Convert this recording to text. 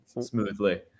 smoothly